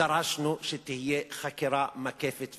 דרשנו שתהיה חקירה מקפת ורצינית.